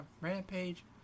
Rampage